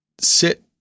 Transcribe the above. sit